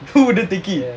who wouldn't take it